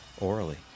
orally